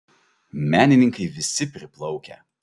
menininkai visi priplaukę